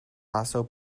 also